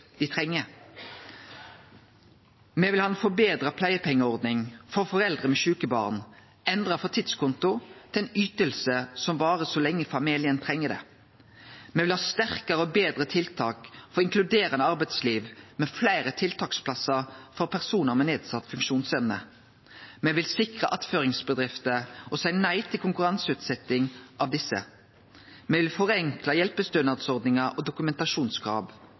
dei treng. Me vil ha ei betra pleiepengeordning for foreldre med sjuke barn – endra frå tidskonto til ei yting som varer så lenge familien treng det. Me vil ha sterkare og betre tiltak for inkluderande arbeidsliv, med fleire tiltaksplassar for personar med nedsett funksjonsevne. Me vil sikre attføringsbedrifter og seie nei til konkurranseutsetjing av desse. Me vil forenkle hjelpestønadsordningar og